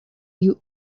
you